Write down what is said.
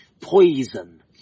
poison